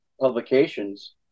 publications